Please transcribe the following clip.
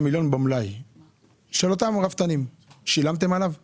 מיליון - האם שילמתם עליו לרפתנים?